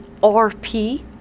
RP